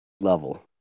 level